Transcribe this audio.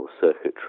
circuitry